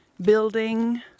building